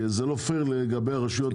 כי זה לא פייר לגבי הרשויות.